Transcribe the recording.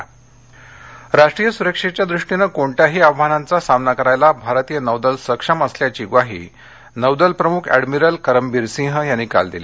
नौदल राष्ट्रीय सुरक्षेच्या दृष्टीने कोणत्याही आव्हानांचा सामना करायला भारतीय नौदल सक्षम असल्याची ग्वाही नौदल प्रमुख ऍडमिरल करमबीर सिंह यांनी काल दिली